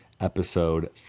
episode